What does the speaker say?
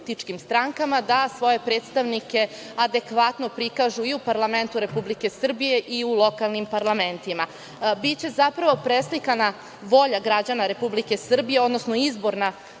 da svoje predstavnike adekvatno prikažu i u parlamentu Republike Srbije i u lokalnim parlamentima. U stvari biće preslikana volja građana Republike Srbije, odnosno izborna